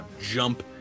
jump